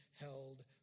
held